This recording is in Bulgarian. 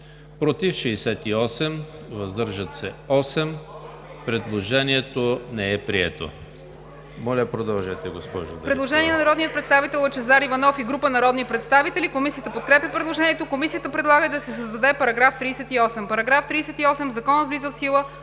против 69, въздържали се 8. Предложението не е прието.